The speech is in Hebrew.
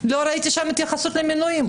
לא ראיתי שם התייחסות למינויים.